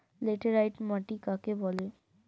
Laterite মাটি কাকে বলে?